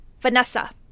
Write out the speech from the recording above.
Vanessa